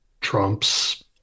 Trump's